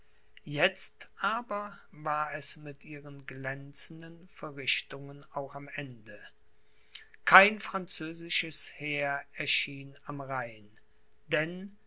jetzt aber war es mit ihren glänzenden verrichtungen auch am ende kein französisches heer erschien am rhein denn